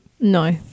No